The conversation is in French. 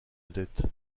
odette